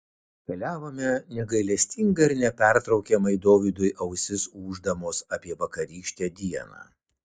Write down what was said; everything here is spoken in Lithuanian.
keliavome negailestingai ir nepertraukiamai dovydui ausis ūždamos apie vakarykštę dieną